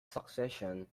succession